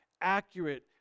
accurate